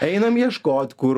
einam ieškot kur